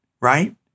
right